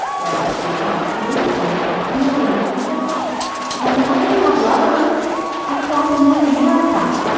their words, not mine. so they decided to open their relationship up and now they have lovers across north america,